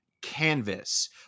canvas